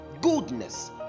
goodness